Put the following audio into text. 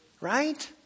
Right